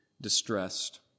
distressed